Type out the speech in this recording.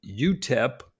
UTEP